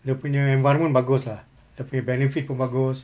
dia punya environment bagus lah dia punya benefit pun bagus